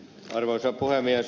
arvoisa puhemies